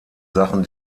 sachen